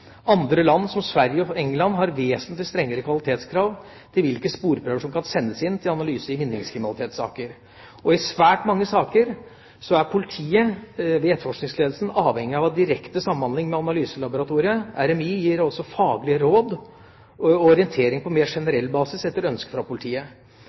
Andre land, som Sverige og England, har vesentlig strengere kvalitetskrav til hvilke sporprøver som kan sendes inn til analyse i vinningskriminalitetssaker. I svært mange saker er politiet ved etterforskningsledelsen avhengig av direkte samhandling med analyselaboratoriet. RMI gir også faglige råd og orientering på mer